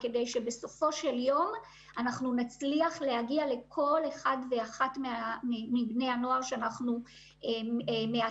כדי שבסופו של יום נצליח להגיע לכל אחד ואחד מבני הנוער שאנחנו מאתרים.